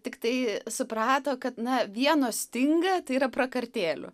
tiktai suprato kad ns vieno stinga tai yra prakartėlių